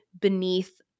beneath